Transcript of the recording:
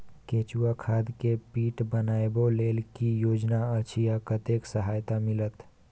केचुआ खाद के पीट बनाबै लेल की योजना अछि आ कतेक सहायता मिलत?